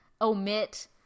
omit